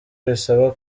bisaba